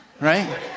Right